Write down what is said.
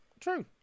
true